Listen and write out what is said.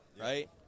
right